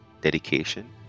dedication